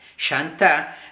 Shanta